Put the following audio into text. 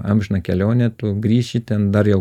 amžiną kelionę tu grįši ten dar jau